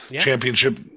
championship